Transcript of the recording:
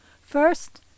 first